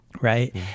Right